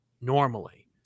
normally